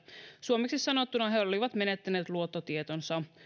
suomeksi sanottuna he olivat menettäneet luottotietonsa